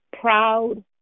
proud